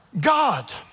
God